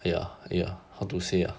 ya ya how to say ah